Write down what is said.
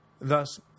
Thus